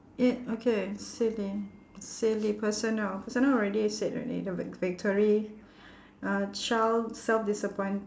i~ okay silly silly personal personal already said already the vic~ victory uh child self disappoint